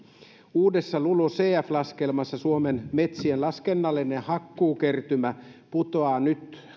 uudessa lulucf laskelmassa suomen metsien laskennallinen hakkuukertymä putoaa nyt